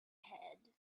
head